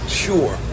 sure